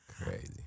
Crazy